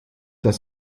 das